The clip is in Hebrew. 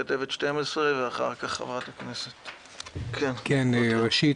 כתבת 12. ראשית,